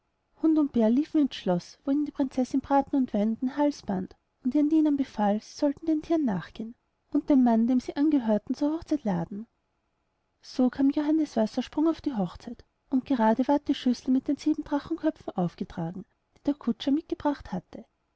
hund und bär liefen ins schloß wo ihnen die prinzessin braten und wein um den hals band und ihren dienern befahl sie sollten den thieren nachgehen und den mann dem sie angehörten zur hochzeit laden so kam johannes wassersprung auf die hochzeit und gerade ward die schüssel mit den sieben drachenköpfen aufgetragen die der kutscher mitgebracht hatte